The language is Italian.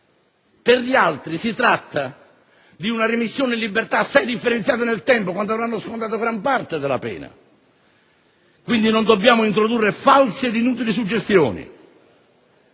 Per gli altri si tratta di una rimessione in libertà assai differenziata nel tempo, quando avranno scontato gran parte della pena. Non dobbiamo dunque introdurre false ed inutili suggestioni.